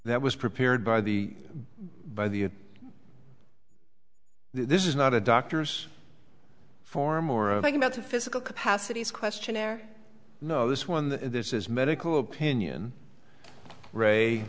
that was prepared by the by the this is not a doctor's form or a thing about the physical capacities questionnaire no this one this is medical opinion r